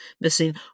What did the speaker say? missing